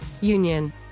Union